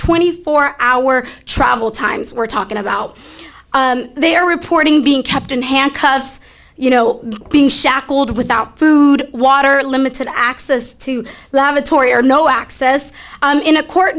twenty four hour travel times we're talking about they are reporting being kept in handcuffs you know being shackled without food water limited access to lavatory or no access in a court